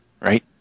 right